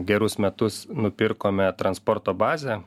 gerus metus nupirkome transporto bazę